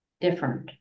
different